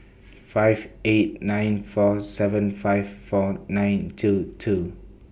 five eight nine four seven five four nine two two